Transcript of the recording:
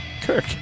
Kirk